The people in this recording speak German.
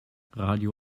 radio